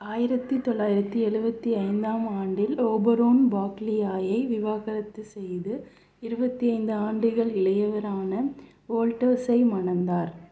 ஆயிரத்தி தொள்ளாயிரத்து எழுபத்தி ஐந்தாம் ஆண்டில் ஓபரோன் பாக்லியாயை விவாகரத்து செய்து இருபத்தைந்து ஆண்டுகள் இளையவரான வோல்டர்ஸை மணந்தார்